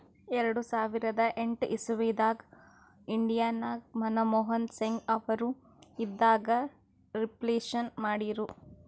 ಎರಡು ಸಾವಿರದ ಎಂಟ್ ಇಸವಿದಾಗ್ ಇಂಡಿಯಾ ನಾಗ್ ಮನಮೋಹನ್ ಸಿಂಗ್ ಅವರು ಇದ್ದಾಗ ರಿಫ್ಲೇಷನ್ ಮಾಡಿರು